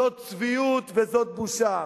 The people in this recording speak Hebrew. זאת צביעות וזאת בושה.